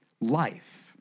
life